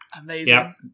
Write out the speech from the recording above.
amazing